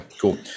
cool